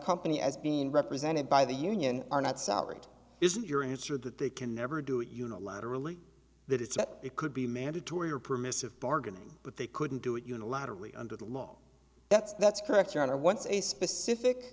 company as being represented by the union are not salaried isn't your answer that they can never do it unilaterally that it's that it could be mandatory or permissive bargaining but they couldn't do it unilaterally under the law that's that's correct your honor once a specific